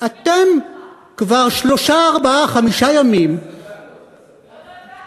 אתם כבר שלושה, ארבעה, חמישה ימים, זה הסתה, לא?